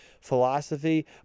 philosophy